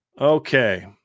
Okay